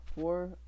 four